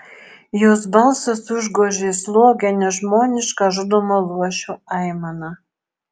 jos balsas užgožė slogią nežmonišką žudomo luošio aimaną